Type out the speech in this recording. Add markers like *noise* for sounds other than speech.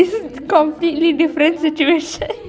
completely different situation *laughs*